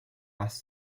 past